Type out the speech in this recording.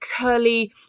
curly